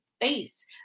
face